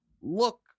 look